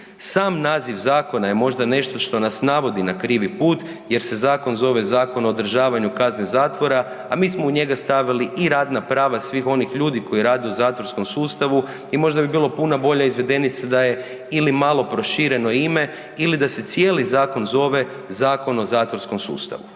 Sam naziv zakona je možda nešto što nas navodi na krivi put jer se zakon zove Zakon o održavanju kazne zakona, a mi smo u njega stavili i radna prava svih onih ljudi koji rade u zatvorskom sustavu i možda bi bila puno bolja izvedenica da je ili malo prošireno ime ili da se cijeli zakon zove zakon o zatvorskom sustavu,